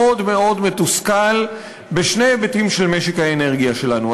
מאוד מאוד מתוסכל בשני היבטים של משק האנרגיה שלנו: